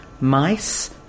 mice